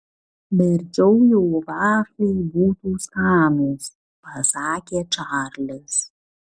verčiau jau vafliai būtų skanūs pasakė čarlis